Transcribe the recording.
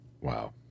Wow